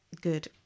good